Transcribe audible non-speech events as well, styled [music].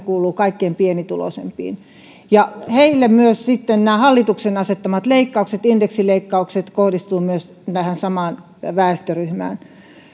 [unintelligible] kuuluu kaikkein pienituloisimipiin sitten myös nämä hallituksen asettamat leikkaukset indeksileikkaukset kohdistuvat myös tähän samaan väestöryhmään